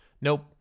nope